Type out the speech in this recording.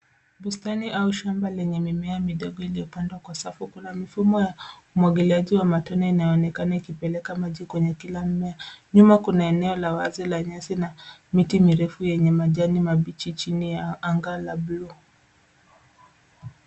Bustani au shamba lenye mimea midogo iliyopandwa kwa safu. Kuna mifumo ya umwagiliaji wa matone inayoonekana ikipelekea maji kwenye kila mmea. Nyuma kuna eneo la wazi la nyasi na miti mirefu yenye majani mabichi chini ya anga la blue .